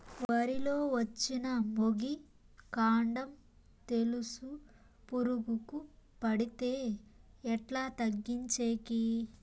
వరి లో వచ్చిన మొగి, కాండం తెలుసు పురుగుకు పడితే ఎట్లా తగ్గించేకి?